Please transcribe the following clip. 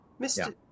Mr